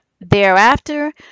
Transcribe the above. thereafter